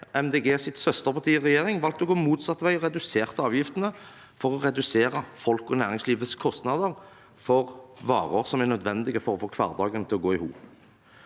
Grønnes søsterparti i regjering, valgt å gå motsatt vei og redusert avgiftene for å redusere folks og næringslivets kostnader for varer som er nødvendige for å få hverdagen til å gå i hop.